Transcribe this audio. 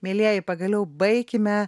mielieji pagaliau baikime